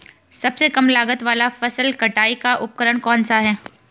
सबसे कम लागत वाला फसल कटाई का उपकरण कौन सा है?